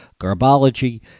Garbology